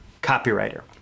copywriter